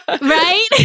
Right